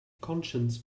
conscience